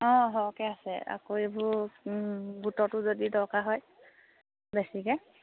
অঁ সৰহকৈ আছে আকৌ এইবোৰ গোটটো যদি দৰকাৰ হয় বেছিকৈ